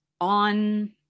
on